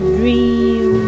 dream